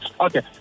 Okay